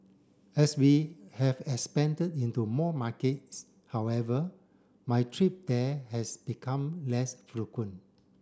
as we have expanded into more markets however my trip there has become less frequent